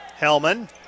Hellman